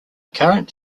current